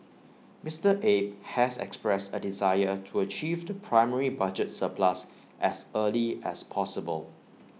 Mister Abe has expressed A desire to achieve the primary budget surplus as early as possible